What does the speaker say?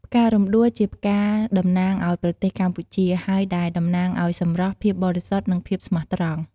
ផ្ការំដួលជាផ្កាតំណាងអោយប្រទេសកម្ពុជា ហើយដែលតំណាងឲ្យ សម្រស់ ភាពបរិសុទ្ធ និង ភាពស្មោះត្រង់។